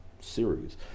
series